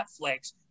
Netflix